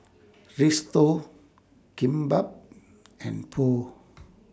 Risotto Kimbap and Pho